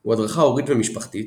הוא הדרכה הורית ומשפחתית,